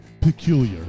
peculiar